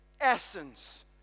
essence